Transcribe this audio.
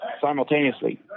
simultaneously